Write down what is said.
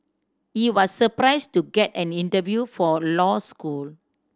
he was surprised to get an interview for law school